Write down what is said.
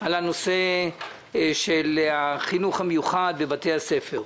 על הנושא של החינוך המיוחד בבתי-הספר,